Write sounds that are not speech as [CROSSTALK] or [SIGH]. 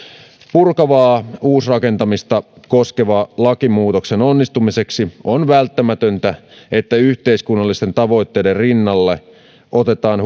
purkavaa uusrakentamista koskevan lakimuutoksen onnistumiseksi on välttämätöntä että yhteiskunnallisten tavoitteiden rinnalle otetaan [UNINTELLIGIBLE]